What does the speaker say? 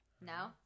No